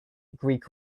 greek